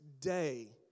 day